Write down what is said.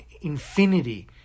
infinity